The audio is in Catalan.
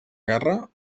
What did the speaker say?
guerra